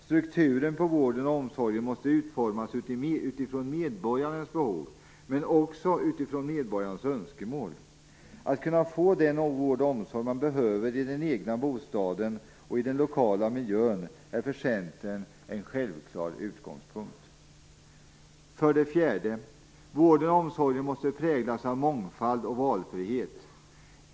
Strukturen på vården och omsorgen måste utformas utifrån medborgarnas behov, men också utifrån medborgarnas önskemål. Att kunna få den vård och omsorg man behöver i den egna bostaden och i den lokala miljön är för Centern en självklar utgångspunkt. För det fjärde: Vården och omsorgen måste präglas av mångfald och valfrihet.